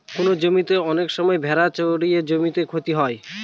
কোনো জমিতে অনেক সময় ভেড়া চড়ে জমির ক্ষতি হয়